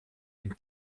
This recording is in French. une